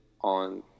on